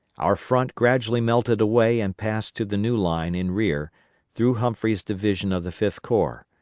our front gradually melted away and passed to the new line in rear through humphrey's division of the fifth corps,